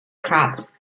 graz